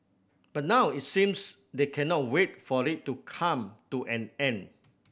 but now it seems they cannot wait for it to come to an end